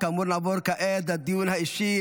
נעבור לדיון האישי.